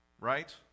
right